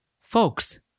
Folks